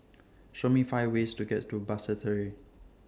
Show Me five ways to get to Basseterre